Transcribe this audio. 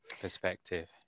perspective